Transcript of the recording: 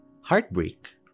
Heartbreak